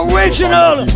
Original